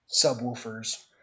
subwoofers